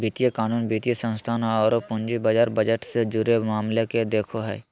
वित्तीय कानून, वित्तीय संस्थान औरो पूंजी बाजार बजट से जुड़े मामले के देखो हइ